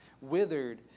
withered